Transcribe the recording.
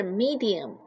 medium